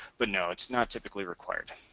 but no it's not typically required.